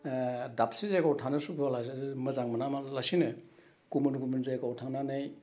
दाबसे जागायाव थानो सुखुवालासे मोजां मोनालासिनो गुबुन गुबुन जायगायाव थांनानै